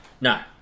No